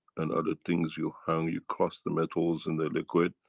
and other things you hang, you cross the metals and the liquid,